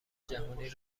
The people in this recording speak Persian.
جهانی